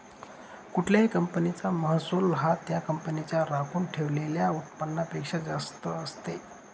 कुठल्याही कंपनीचा महसूल हा त्या कंपनीच्या राखून ठेवलेल्या उत्पन्नापेक्षा जास्त असते